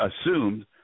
assumed